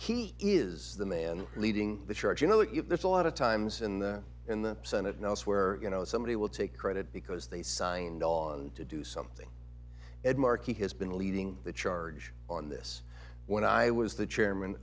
ok he is the man leading the charge you know that there's a lot of times in the in the senate now where you know somebody will take credit because they signed on to do something ed markey has been leading the charge on this when i was the chairman